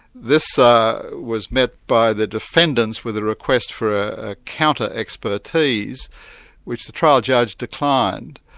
this ah was met by the defendants with a request for a counter expertise which the trial judge declined.